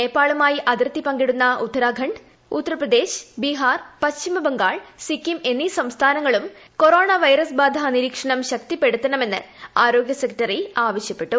നേപ്പാളുമായി അതിർത്തി പങ്കിടുന്ന ൃത്ത്രിാഖണ്ഡ് ഉത്തർപ്രദേശ് ബിഹാർ പശ്ചിമ ബംഗാൾ സിക്കിം എന്നീട്ട് സംസ്ഥാനങ്ങളും കൊറോണ വൈറസ് ബാധ നിരീക്ഷണം ദൃശക്തിപ്പെടുത്തണമെന്ന് ആരോഗൃ സെക്രട്ടറി ആവശ്യപ്പെട്ടു